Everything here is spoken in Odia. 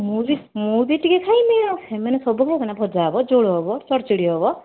ମୁଁ ବି ମୁଁ ବି ଟିକିଏ ଖାଇମି ଆଉ ସେମାନେ ସବୁ ଖାଇବେନା ଭଜା ହେବ ଝୁଳ ହେବ ଚଡ଼ଚଡ଼ି ହେବ